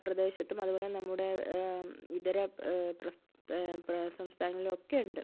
പ്രദേശത്തും അതുപോലെ നമ്മുടെ ഇതര പ്രസ് പ്ര സംസ്ഥാനങ്ങളിലൊക്കെയുണ്ട്